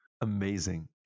Amazing